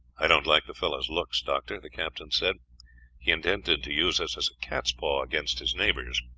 i don't like the fellow's looks, doctor, the captain said he intended to use us as a cat's paw against his neighbors.